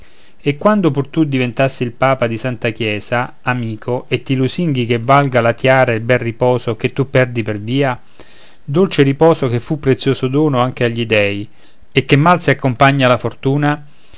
e quando pur tu diventassi il papa di santa chiesa amico e ti lusinghi che valga la tïara il bel riposo che tu perdi per via dolce riposo che fu prezioso dono anche agli dèi e che mal si accompagna alla fortuna